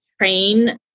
train